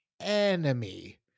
enemy